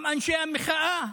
גם אנשי המחאה,